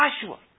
Joshua